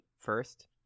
first